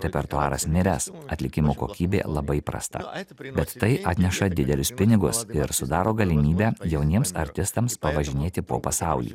repertuaras miręs atlikimo kokybė labai prasta bet tai atneša didelius pinigus ir sudaro galimybę jauniems artistams pavažinėti po pasaulį